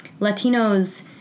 Latinos